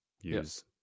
Use